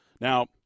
Now